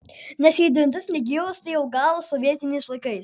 nes jei dantis negyvas tai jau galas sovietiniais laikais